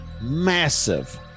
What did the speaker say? massive